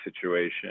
situation